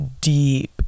deep